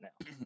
now